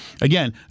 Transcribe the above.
Again